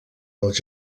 dels